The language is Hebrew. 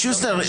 שוסטר,